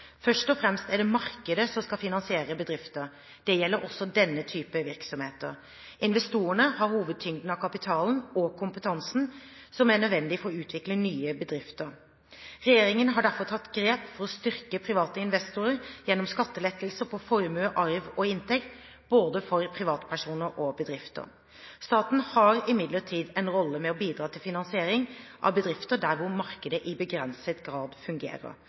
Først og fremst er det markedet som skal finansiere bedrifter. Det gjelder også denne typen virksomheter. Investorene har hovedtyngden av kapitalen og kompetansen som er nødvendig for å utvikle nye bedrifter. Regjeringen har derfor tatt grep for å styrke private investorer gjennom skattelettelser på formue, arv og inntekt, for både privatpersoner og bedrifter. Staten har imidlertid en rolle med å bidra til finansiering av bedrifter der hvor markedet i begrenset grad fungerer.